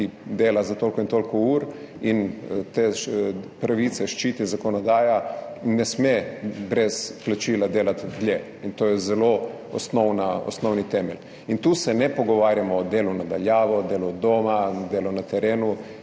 ki dela za toliko in toliko ur, in te pravice ščiti zakonodaja, ne sme brez plačila delati dlje. In to je zelo osnovni temelj. Tu se ne pogovarjamo o delu na daljavo, delu od doma, delu na terenu,